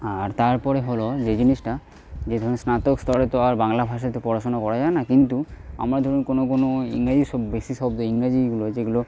আর তারপরে হল যে জিনিসটা যে ধরুন স্নাতক স্তরে তো আর বাংলা ভাষাতে পড়াশোনা করা যায় না কিন্তু আমরা ধরুন কোনও কোনও ইংরাজি বেশি শব্দ ইংরাজি যেগুলো